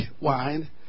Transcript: wine